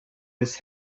miss